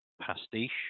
pastiche